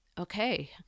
okay